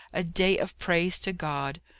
a day of praise to god.